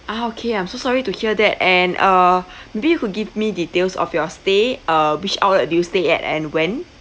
ah okay I'm so sorry to hear that and uh maybe you could give me details of your stay uh which outlet do you stay at and when